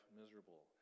miserable